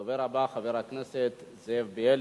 הדובר הבא, חבר הכנסת זאב בילסקי.